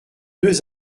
deux